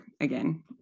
again